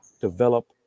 develop